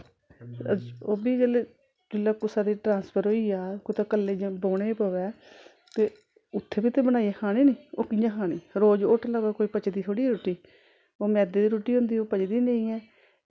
ओह् बी जेल्लै जिल्लै कुसै दी ट्रांसफर होई जा कुतै कल्ले जां बौह्ने पवै ते उत्थै बी ते बनाइयै खानी निं ओह् कि'यां खानी रोज होटलें दा कोई पचदी थोह्ड़ी ऐ रुट्टी ओह् मैदे दी रुट्टी होंदी ऐ ओह् पचदी नेईं है